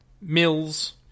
Mills